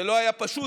זה לא היה פשוט.